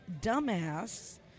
dumbass